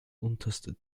unterste